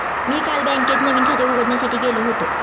मी काल बँकेत नवीन खाते उघडण्यासाठी गेलो होतो